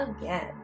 again